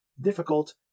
difficult